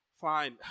fine